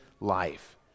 life